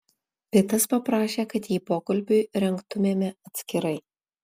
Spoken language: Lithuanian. pitas paprašė kad jį pokalbiui rengtumėme atskirai